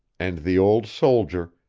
and the old soldier,